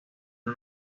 una